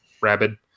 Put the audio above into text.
Rabid